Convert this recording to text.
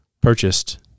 purchased-